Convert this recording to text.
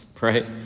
right